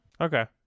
Okay